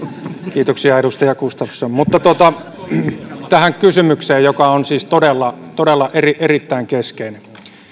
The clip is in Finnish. kiitoksia edustaja gustafsson mutta tähän kysymykseen joka on siis todella todella erittäin keskeinen